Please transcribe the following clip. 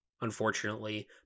unfortunately